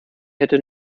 hätte